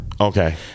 Okay